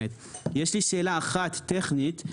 יש לי שאלה טכנית אחת.